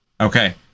Okay